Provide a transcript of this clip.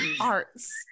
arts